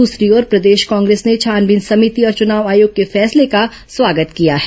दूसरी ओर प्रदेश कांग्रेस ने छानबीन समिति और चुनाव आयोग के फैसले का स्वागत किया है